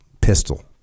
pistol